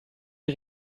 die